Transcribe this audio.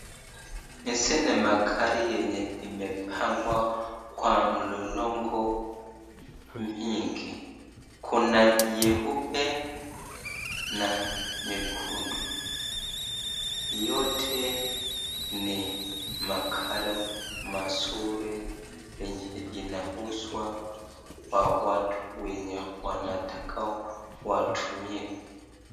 Hizi ni magari yenye imepangwa kwa mlolongo mingi, kuna nyeupe na nyekundu ,yote ni magari mazuri yenye inauzwa kwa watu wenye wanataka watumie.